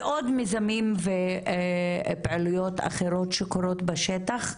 ועוד מיזמים ופעילויות אחרות שקורות בשטח.